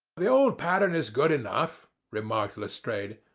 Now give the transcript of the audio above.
the old pattern is good enough, remarked lestrade,